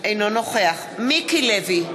אינו נוכח מיקי לוי,